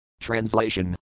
Translation